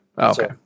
okay